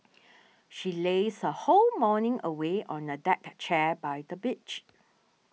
she lazed her whole morning away on a deck chair by the beach